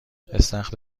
استخر